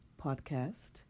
podcast